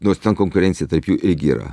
nors ten konkurencija tarp jų irgi yra